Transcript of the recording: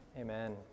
Amen